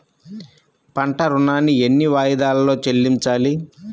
పంట ఋణాన్ని ఎన్ని వాయిదాలలో చెల్లించాలి?